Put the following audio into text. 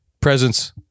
presents